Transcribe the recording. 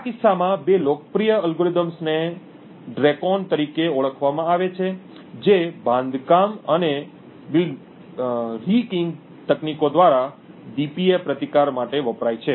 આ કિસ્સામાં બે લોકપ્રિય અલ્ગોરિધમ્સને ડ્રેકોન તરીકે ઓળખવામાં આવે છે જે બાંધકામ અને રીકીઈંગ તકનીકો દ્વારા ડીપીએ પ્રતિકાર માટે વપરાય છે